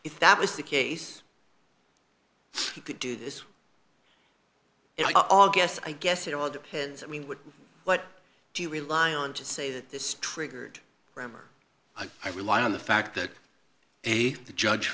if that was the case you could do this all guess i guess it all depends i mean what what do you rely on to say that this triggered rammer i rely on the fact that a judge